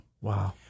Wow